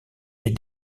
est